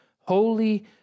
holy